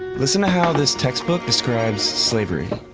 listen to how this textbook describes slavery.